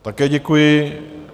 Také děkuji.